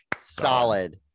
Solid